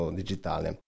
digitale